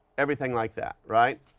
everything like that, right?